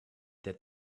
that